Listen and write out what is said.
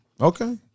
Okay